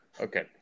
Okay